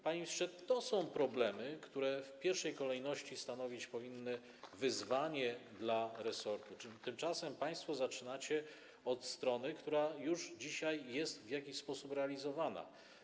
Panie ministrze, to są problemy, które w pierwszej kolejności powinny stanowić wyzwanie dla resortu, tymczasem państwo zaczynacie od strony, która dzisiaj już jest w jakiś sposób realizowana.